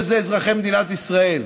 וזה אזרחי מדינת ישראל: